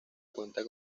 cuenta